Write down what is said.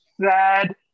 sad